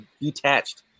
detached